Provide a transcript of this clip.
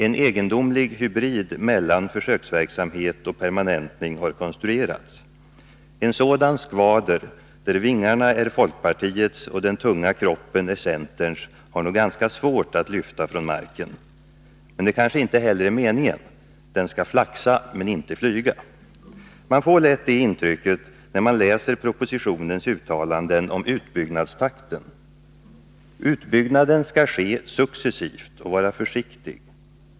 En egendomlig hybrid mellan försöksverksamhet och permanentning har konstruerats. En sådan skvader, där vingarna är folkpartiets och den tunga kroppen är centerns, har nog ganska svårt att lyfta från marken. Men det kanske inte heller är meningen; den skall flaxa men inte flyga. Man får lätt det intrycket när man läser propositionens uttalanden om utbyggnadstakten. Utbyggnaden skall ske successivt och vara försiktig.